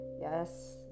Yes